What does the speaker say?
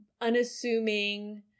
unassuming